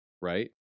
right